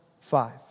five